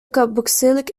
carboxylic